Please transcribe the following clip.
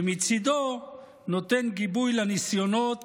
שמצידו נותן גיבוי לניסיונות